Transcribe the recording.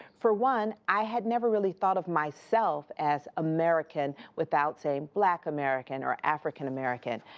for one, i had never really thought of myself as american, without saying black american or african-american.